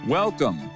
Welcome